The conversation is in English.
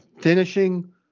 finishing